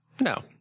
No